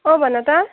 अँ भन त